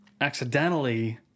accidentally